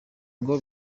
ngo